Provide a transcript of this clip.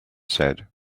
said